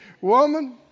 Woman